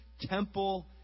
temple